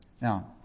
Now